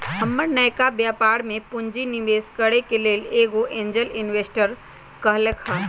हमर नयका व्यापर में पूंजी निवेश करेके लेल एगो एंजेल इंवेस्टर कहलकै ह